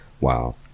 Wow